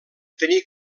tenir